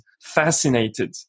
fascinated